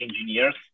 engineers